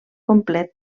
complet